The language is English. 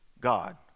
God